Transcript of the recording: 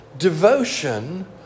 devotion